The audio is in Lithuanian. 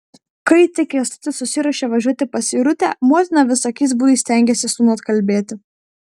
kai tik kęstutis susiruošė važiuoti pas irutę motina visokiais būdais stengėsi sūnų atkalbėti